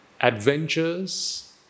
adventures